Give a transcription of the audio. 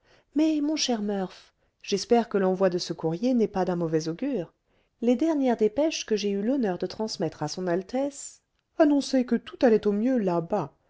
mais mon cher murph j'espère que l'envoi de ce courrier n'est pas d'un mauvais augure les dernières dépêches que j'ai eu l'honneur de transmettre à son altesse annonçaient que tout allait au mieux là-bas